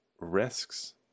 risks